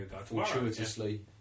fortuitously